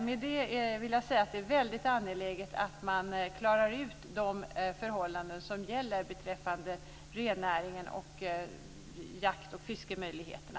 Med det vill jag säga att det är väldigt angeläget att man klarar ut de förhållanden som gäller beträffande rennäringen och jakt och fiskemöjligheterna.